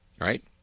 Right